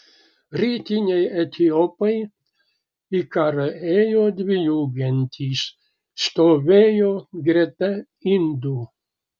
rytiniai etiopai į karą ėjo dvi jų gentys stovėjo greta indų